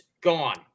gone